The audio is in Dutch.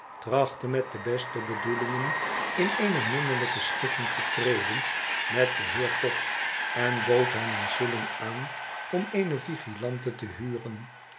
trachtte met de beste bedoelingen in eene minnelijke schikking te treden met den heer pop en bood hem een shillmg aan om eene vilante te huren